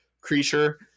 creature